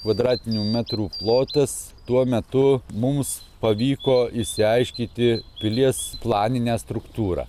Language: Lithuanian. kvadratinių metrų plotas tuo metu mums pavyko išsiaiškyti pilies planinę struktūrą